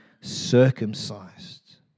circumcised